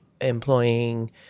employing